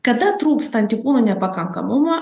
kada trūksta antikūnų nepakankamumo